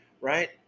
right